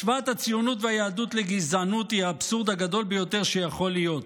השוואת הציונות והיהדות לגזענות היא האבסורד הגדול ביותר שיכול להיות.